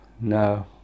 No